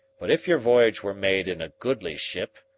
but if your voyage were made in a goodly ship,